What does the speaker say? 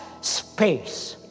space